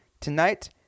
tonight